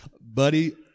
buddy